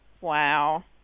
Wow